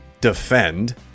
defend